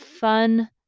Fun